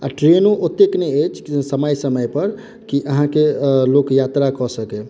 आ ट्रेनों ओतेक नहि अछि जे समय समय पर की अहाँ के लोक यात्रा कऽ सकए